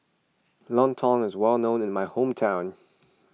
Lontong is well known in my hometown